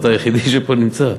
אתה היחיד שנמצא פה.